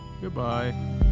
goodbye